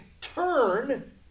turn